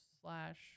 slash